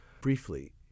briefly